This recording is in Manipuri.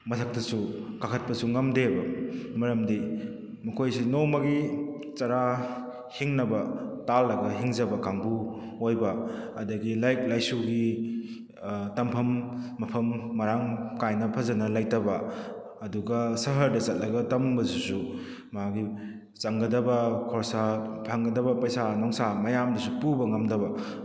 ꯃꯊꯛꯇꯁꯨ ꯀꯥꯈꯠꯄꯁꯨ ꯉꯝꯗꯦꯕ ꯃꯔꯝꯗꯤ ꯃꯈꯣꯏꯁꯤ ꯅꯣꯡꯃꯒꯤ ꯆꯔꯥ ꯍꯤꯡꯅꯕ ꯇꯥꯜꯂꯒ ꯍꯤꯡꯖꯕ ꯀꯥꯡꯕꯨ ꯑꯣꯏꯕ ꯑꯗꯨꯗꯒꯤ ꯂꯥꯏꯔꯤꯛ ꯂꯥꯏꯁꯨꯒꯤ ꯇꯝꯐꯝ ꯃꯐꯝ ꯃꯔꯥꯡ ꯀꯥꯏꯅ ꯐꯖꯅ ꯂꯩꯇꯕ ꯑꯗꯨꯒ ꯁꯍꯔꯗ ꯆꯠꯂꯒ ꯇꯝꯃꯨꯕꯗꯨꯁꯨ ꯃꯥꯒꯤ ꯆꯪꯒꯗꯕ ꯈꯣꯔꯁꯥ ꯐꯪꯒꯗꯕ ꯄꯩꯁꯥ ꯅꯨꯡꯁꯥ ꯃꯌꯥꯝꯗꯨꯁꯨ ꯄꯨꯕ ꯉꯝꯗꯕ